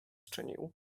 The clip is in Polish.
czynił